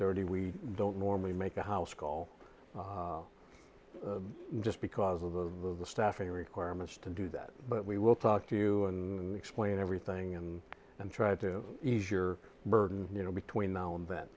thirty we don't normally make a house call just because of the staffing requirements to do that but we will talk to you and explain everything and then try to ease your burden you know between now and then